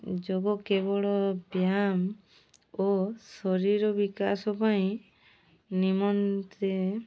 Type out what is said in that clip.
ଯୋଗ କେବଳ ବ୍ୟାୟାମ ଓ ଶରୀର ବିକାଶ ପାଇଁ ନିମନ୍ତେ